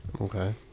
Okay